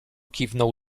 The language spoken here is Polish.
kiwnął